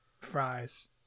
fries